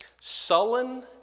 sullen